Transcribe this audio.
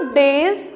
days